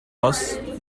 must